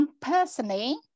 Personally